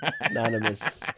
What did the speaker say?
anonymous